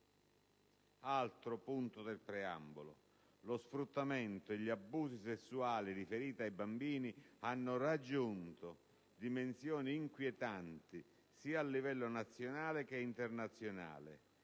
recita come segue: «Lo sfruttamento e gli abusi sessuali riferiti ai bambini hanno raggiunto dimensioni inquietanti sia a livello nazionale che internazionale,